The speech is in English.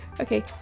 Okay